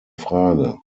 frage